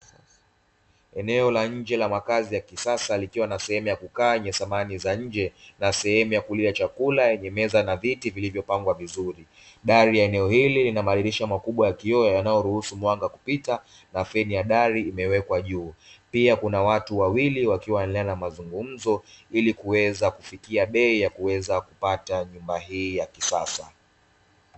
Eneo la nje la makazi ya kisasa likiwa na sehemu ya kukaa samani ya nje ya sehemu ya chakula yenye meza na viti vilivyo pangwa vizuri, dari ya eneo hili linamadirisha makubwa ya kioo yanayorusu mwanga kupita na feni ya dari imewekwa juu, pia kuna watu wawili wakiwa wanaendelea na mazungumzo ili kuweza kufikia bei kuweza kupata nyumba hii ya kisasa.